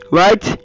right